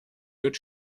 wird